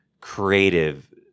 creative